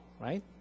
right